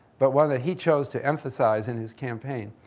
but one that he chose to emphasize in his campaign,